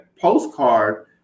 postcard